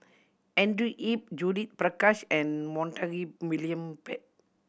Andrew Yip Judith Prakash and Montague William Pett